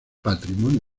patrimonio